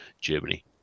Germany